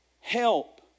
Help